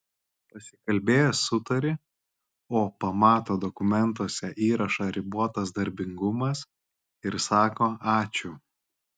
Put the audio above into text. pasikalbėjęs sutari o pamato dokumentuose įrašą ribotas darbingumas ir sako ačiū